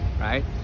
right